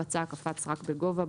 (9)בצע הקפת סרק בגובה...